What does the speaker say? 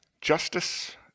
Justice